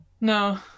No